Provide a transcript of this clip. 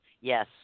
Yes